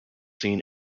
seen